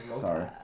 Sorry